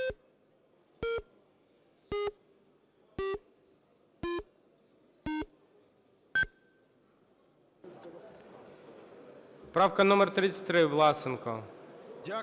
Правка номер 33, Власенко.